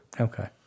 Okay